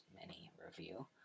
mini-review